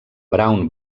brown